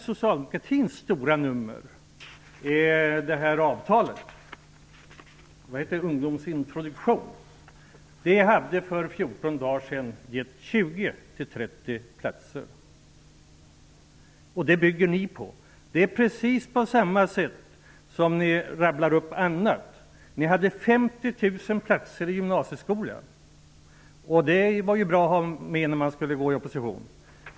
Socialdemokraternas stora nummmer -- avtalet om ungdomsintroduktion -- hade för 14 dagar sedan gett 20--30 platser. Det bygger ni på. På precis samma sätt rabblar ni upp annat. Ni hade 50 000 platser i gymnasieskolan. Det var bra att ha i opposition.